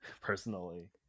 personally